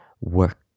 work